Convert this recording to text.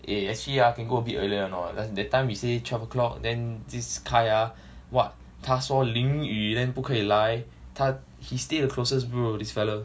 eh actually ah can go be earlier or not that time we say twelve O'clock then this kyle ah what 他说淋雨 then 不可以来他 he stay the closest bro this fella